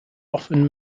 often